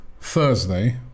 Thursday